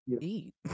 eat